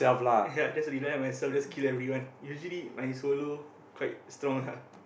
ya just rely on myself just kill everyone usually my solo quite strong lah